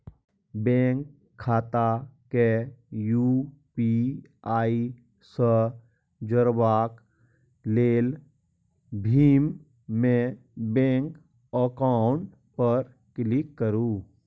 bank खाता केँ UPI सँ जोरबाक लेल भीम मे बैंक अकाउंट पर क्लिक करु